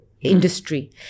industry